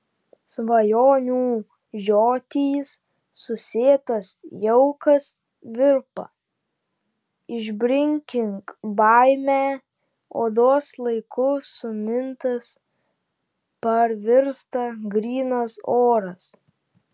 svajonių žiotys susėtas jaukas virpa išbrinkink baimę odos laiku sumintas parvirsta grynas oras